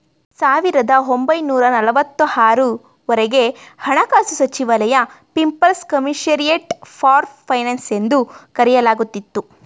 ಸಾವಿರದ ಒಂಬೈನೂರ ನಲವತ್ತು ಆರು ವರೆಗೆ ಹಣಕಾಸು ಸಚಿವಾಲಯ ಪೀಪಲ್ಸ್ ಕಮಿಷರಿಯಟ್ ಫಾರ್ ಫೈನಾನ್ಸ್ ಎಂದು ಕರೆಯಲಾಗುತ್ತಿತ್ತು